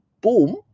boom